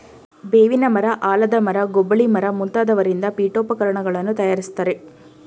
ಬೇವಿನ ಮರ, ಆಲದ ಮರ, ಗೊಬ್ಬಳಿ ಮರ ಮುಂತಾದವರಿಂದ ಪೀಠೋಪಕರಣಗಳನ್ನು ತಯಾರಿಸ್ತರೆ